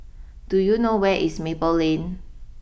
do you know where is Maple Lane